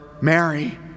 Mary